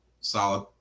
solid